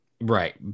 right